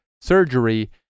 surgery